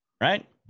Right